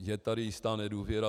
Je tady jistá nedůvěra.